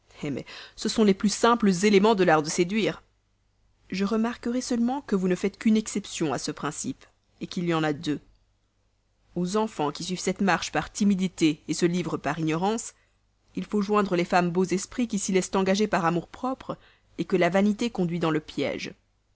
ce sont les plus simples éléments de l'art de séduire je remarquerai seulement que vous ne faites qu'une exception à ce principe qu'il y en a deux aux enfants qui suivent cette marche par timidité se livrent par ignorance il faut joindre les femmes beaux esprits qui s'y laissent engager par amour-propre que la vanité conduit dans le piège